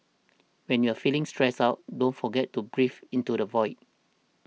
when you are feeling stressed out don't forget to breathe into the void